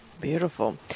Beautiful